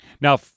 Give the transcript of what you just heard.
Now